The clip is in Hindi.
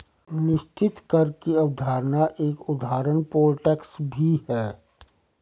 निश्चित कर की अवधारणा का एक उदाहरण पोल टैक्स भी है